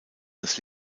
das